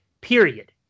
Period